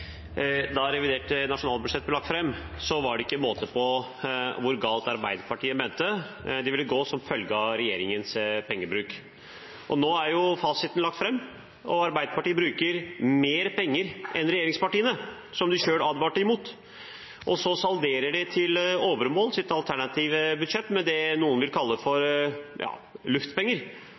Da revidert nasjonalbudsjett ble lagt fram, var det ikke måte på hvor galt Arbeiderpartiet mente det ville gå som følge av regjeringens pengebruk. Nå er fasiten blitt lagt fram, og Arbeiderpartiet bruker mer penger enn regjeringspartiene, noe de selv advarte mot. Til alt overmål salderer de så sitt alternative budsjett med det noen vil kalle luftpenger.